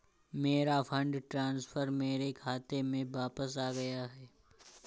मेरा fund transfer मेरे खाते में वापस आ गया है